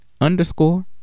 underscore